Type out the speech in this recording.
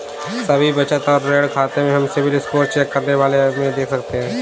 सभी बचत और ऋण खाते हम सिबिल स्कोर चेक करने वाले एप में देख सकते है